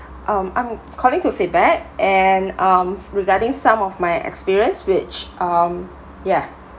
um I'm calling to feedback and um regarding some of my experience which um yeah